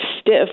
stiff